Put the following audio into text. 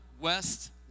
West